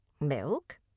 Milk